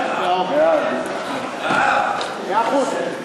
בעד, בעד, מאה אחוז.